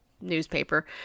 newspaper